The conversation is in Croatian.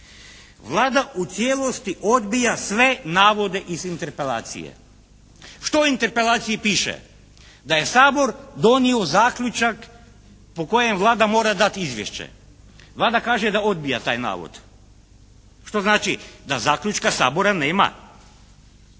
Vlada u cijelosti odbija sve navode iz Interpelacije. Što u Interpelaciji piše? Da je Sabor donio zaključak po kojem Vlada mora dati izvješće. Vlada kaže da odbija taj navod. Što znači da zaključka Sabora nema?